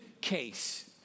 case